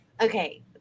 okay